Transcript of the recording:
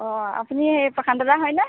অঁ আপুনি এই প্ৰশান্ত দা হয়নে